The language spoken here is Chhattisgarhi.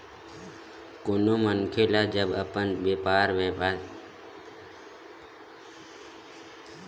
कोनो मनखे ल जब अपन बेपार बेवसाय ल बड़हाना हवय अइसन म ओमन ल बरोबर पइसा के जरुरत पड़थे ही